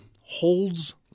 holds